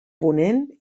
ponent